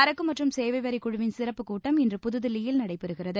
சரக்கு மற்றும் சேவை வரி குழுவின் சிறப்பு கூட்டம் இன்று புதுதில்லியில் நடைபெறுகிறது